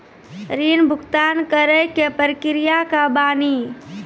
ऋण भुगतान करे के प्रक्रिया का बानी?